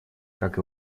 как